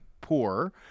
poor